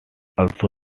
also